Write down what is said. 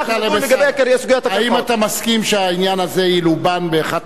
האם אתה מסכים שהעניין הזה ילובן באחת הוועדות ולא כהצעת חוק?